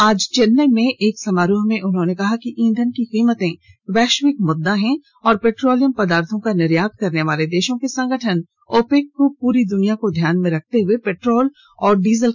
आज चेन्नई में एक समारोह में उन्होंने कहा कि ईंधन की कीमतें वैश्विक मुद्दा हैं और पेट्रोलियम पदार्थो का निर्यात करने वाले देशों के संगठन ओपेक को पूरी दुनिया को ध्यान में रखते हुए पेट्रोल और डीजल के दाम तय करने चाहिए